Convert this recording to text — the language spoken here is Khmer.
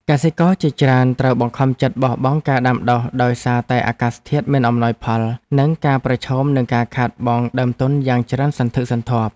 កសិករជាច្រើនត្រូវបង្ខំចិត្តបោះបង់ការដាំដុះដោយសារតែអាកាសធាតុមិនអំណោយផល និងការប្រឈមនឹងការខាតបង់ដើមទុនយ៉ាងច្រើនសន្ធឹកសន្ធាប់។